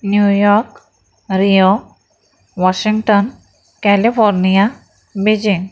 New York Rio Washington California Beijing